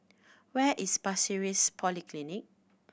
where is Pasir Ris Polyclinic